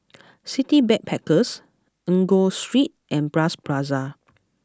City Backpackers Enggor Street and Bras Basah